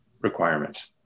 requirements